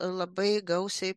labai gausiai